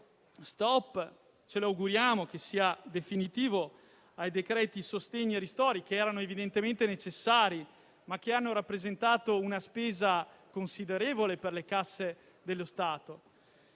*stop* - ci auguriamo sia definitivo - ai decreti-legge sostegni e ristori, che erano evidentemente necessari, ma che hanno rappresentato una spesa considerevole per le casse dello Stato.